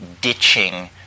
ditching